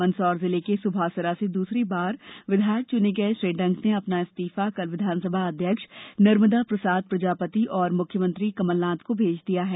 मंदसौर जिले के सुभासरा से दूसरी बार विधायक चुने गये श्री डंग ने अपना इस्तीफा कल विधानसभा अध्यक्ष नर्मदा प्रसाद प्रजापति और मुख्यमंत्री कमलनाथ को भेज दिया है